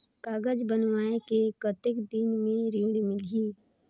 कागज बनवाय के कतेक दिन मे ऋण मिलही?